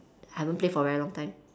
I haven't play for a very long time